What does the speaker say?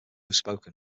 spoken